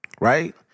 right